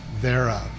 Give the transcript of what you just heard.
thereof